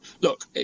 look